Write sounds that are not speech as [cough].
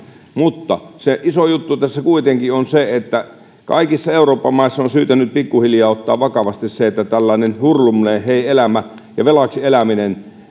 mutta se iso juttu tässä kuitenkin on se että kaikissa euroopan maissa on syytä nyt pikkuhiljaa ottaa vakavasti se että tällainen hurlumhei elämä ja velaksi eläminen [unintelligible]